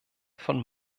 von